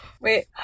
Wait